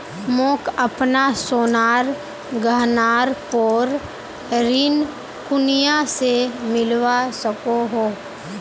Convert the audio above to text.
मोक अपना सोनार गहनार पोर ऋण कुनियाँ से मिलवा सको हो?